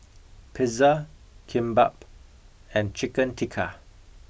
pizza kimbap and chicken tikka